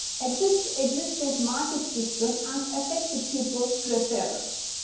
exit existing market system and affect people's preference.